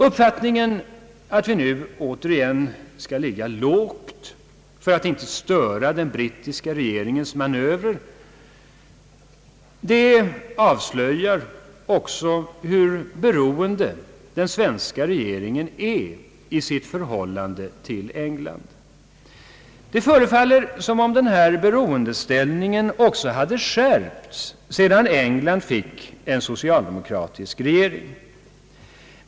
Uppfattningen att vi nu återigen måste ligga lågt för att inte störa den brittiska regeringens manövrer avslöjar också hur beroende den svenska regeringen är i sitt förhållande till England. Det förefaller som om denna beroendeställning hade skärpts sedan England fick en socialdemokratisk regering.